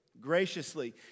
graciously